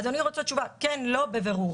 אדוני רוצה תשובה של "כן", "לא" או "בבירור".